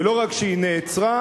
ולא רק שהיא נעצרה,